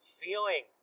feeling